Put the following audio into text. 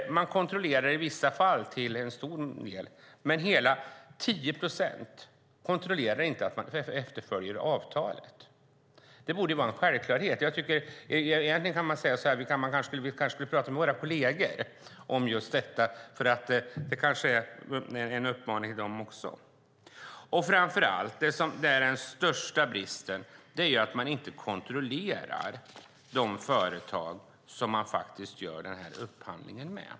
Man kontrollerar till stor del. Men hela 10 procent kontrollerar inte att företagen efterföljer avtalen. Det borde vara en självklarhet. Egentligen kan man säga så här: Vi kanske ska prata med våra kolleger om just detta, för det kanske är en uppmaning till dem också. Det som är den största bristen är att man inte kontrollerar de företag som man faktiskt gör den här upphandlingen med.